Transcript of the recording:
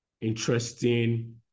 interesting